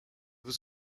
was